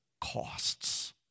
costs